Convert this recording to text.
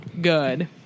good